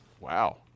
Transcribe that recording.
Wow